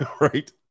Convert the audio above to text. right